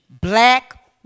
black